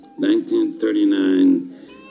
1939